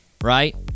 right